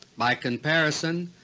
by comparison,